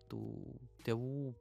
tų tėvų